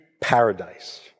paradise